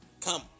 come